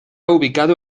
ubicado